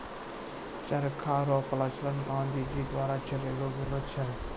चरखा रो प्रचलन गाँधी जी द्वारा चलैलो गेलो छै